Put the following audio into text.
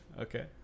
Okay